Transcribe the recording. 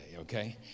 okay